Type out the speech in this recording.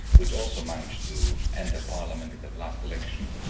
which also managed to enter parliament in the last election.